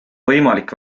võimalik